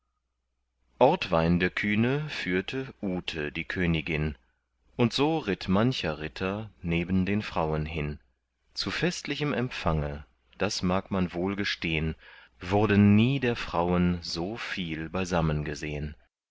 ortwein der kühne führte ute die königin und so ritt mancher ritter neben den frauen hin zu festlichem empfange das mag man wohl gestehn wurden nie der frauen so viel beisammen gesehn